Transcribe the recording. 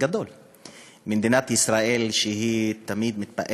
הייתה הפרת